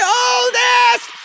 oldest